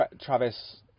Travis